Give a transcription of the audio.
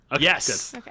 Yes